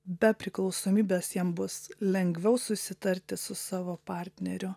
be priklausomybės jam bus lengviau susitarti su savo partneriu